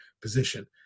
position